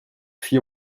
vier